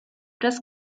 das